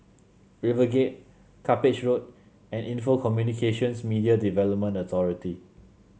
River Gate Cuppage Road and Info Communications Media Development Authority